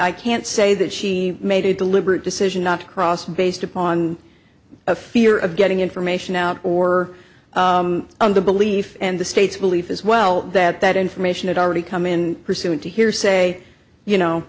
i can't say that she made a deliberate decision not to cross based upon a fear of getting information out or the belief and the state's belief as well that that information had already come in pursuant to hearsay you know